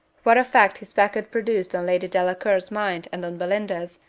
what effect his packet produced on lady delacour's mind and on belinda's,